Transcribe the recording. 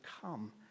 come